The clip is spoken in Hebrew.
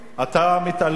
אתה מתעלם.